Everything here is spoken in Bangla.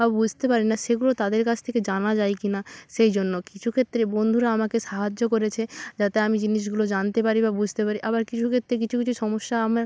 বা বুঝতে পারি না সেগুলো তাদের কাছ থেকে জানা যায় কিনা সেই জন্য কিছু ক্ষেত্রে বন্ধুরা আমাকে সাহায্য করেছে যাতে আমি জিনিসগুলো জানতে পারি বা বুঝতে পারি আবার কিছু ক্ষেত্তে কিছু কিছু সমস্যা আমার